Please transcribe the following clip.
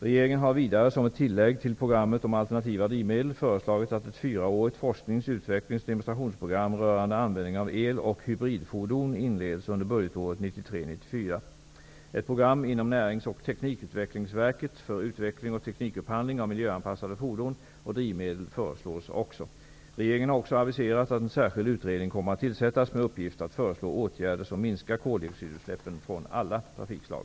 Regeringen har vidare som ett tillägg till programmet om alternativa drivmedel föreslagit att ett fyraårigt forsknings , utvecklings och demonstrationsprogram rörande användning av eloch hybridfordon inleds under budgetåret 1993/94. Ett program inom Närings och teknikutvecklingsverket för utveckling och teknikupphandling av miljöanpassade fordon och drivmedel föreslås också. Regeringen har också aviserat att en särskild utredning kommer att tillsättas med uppgift att föreslå åtgärder som minskar koldioxidutsläppen från alla trafikslag.